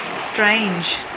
strange